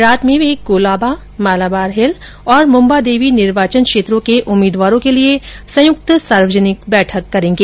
रात में वह कोलाबा मालाबार हिल और मुम्बा देवी निर्वाचन क्षेत्रों के उम्मीदवारों के लिए संयुक्त सार्वजनिक बैठक करेंगे